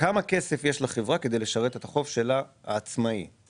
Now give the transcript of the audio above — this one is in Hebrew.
כמה כסף יש לחברה כדי לשרת את החוב העצמאי שלה,